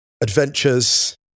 adventures